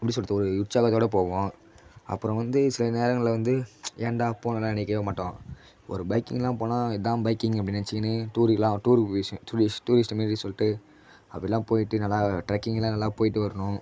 எப்படி சொல்கிறது ஒரு உற்சாகத்தோட போவோம் அப்புறம் வந்து சில நேரங்களில் வந்து ஏன்டா போகணும்லாம் நினைக்கவே மாட்டோம் ஒரு பைக்கிங்லாம் போனால் இதான் பைக்கிங் அப்படி நினச்சிக்கினு டூருக்குலாம் டூரு டூரிஸ்ட் டூரிஸ்ட் மாரி சொல்லிட்டு அப்படிலாம் போயிட்டு நல்லா ட்ரெக்கிங்லாம் நல்லா போயிட்டு வரணும்